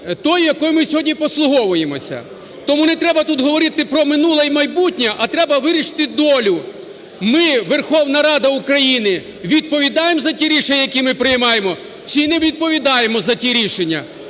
Тому не треба тут говорити про минуле і майбутнє, а треба вирішити долю. Ми – Верховна Рада України відповідаємо за ті рішення, які ми приймаємо чи не відповідаємо за ті рішення?